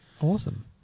Awesome